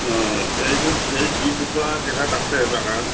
অঁ এই সেই যিটুকুৰা জেগাত আছে বাগান